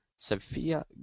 Sophia